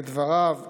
לדבריו,